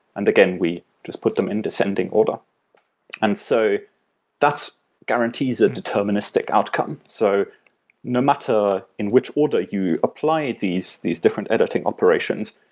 and again, we just put them in descending order and so that guarantees a deterministic outcome. so no matter in which order you apply these these different editing operations,